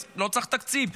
אז לא צריך תקציב,